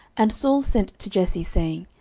and saul sent to jesse, saying,